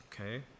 Okay